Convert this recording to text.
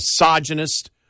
misogynist